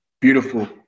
Beautiful